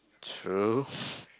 true